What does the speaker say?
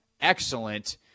Excellent